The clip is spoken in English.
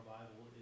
Bible